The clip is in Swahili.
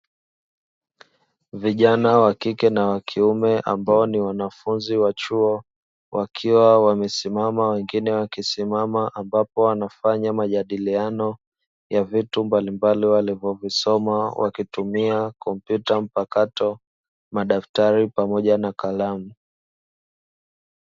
Vijana wa kike na wa kiume ambao ni wanafunzi wa chuo, wakiwa wamesimama wengine wakisimama ambapo wanafanya majadiliano ya vitu mbalimbali walivovisoma; wakitumia kompyuta mpakato, madaftari pamoja na kalamu.